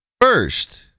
first